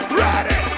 ready